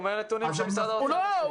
הוא אומר נתונים שמשרד האוצר --- לא,